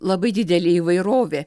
labai didelė įvairovė